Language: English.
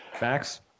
Max